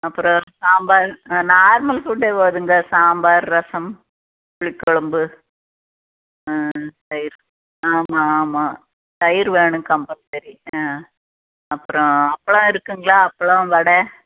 அப்புறோம் சாம்பார் நார்மல் ஃபுட்டே போதுங்க சாம்பார் ரசம் புளிக்கொழம்பு தயிர் ஆமா ஆமா தயிர் வேணும் கம்பல்சரி ஆ அப்புறோம் அப்பளம் இருக்குதுங்களா அப்பளம் வடை